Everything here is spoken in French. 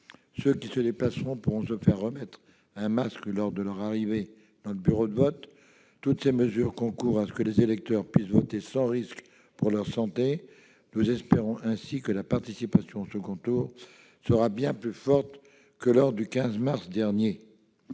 Ceux qui se déplaceront pourront, quant à eux, se faire remettre un masque lors de leur arrivée au bureau de vote. Toutes ces mesures concourent à ce que les électeurs puissent voter sans risque pour leur santé. Nous espérons ainsi que la participation au second tour sera bien plus forte que le 15 mars dernier.